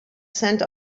scent